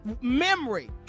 memory